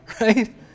right